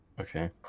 Okay